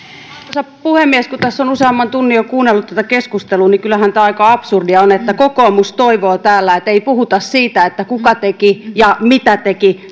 arvoisa puhemies kun tässä on jo useamman tunnin kuunnellut tätä keskustelua niin kyllähän tämä aika absurdia on että kokoomus toivoo täällä että ei puhuta siitä kuka teki ja mitä teki